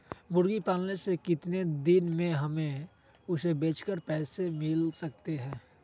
मुर्गी पालने से कितने दिन में हमें उसे बेचकर पैसे मिल सकते हैं?